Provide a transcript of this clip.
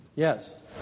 Yes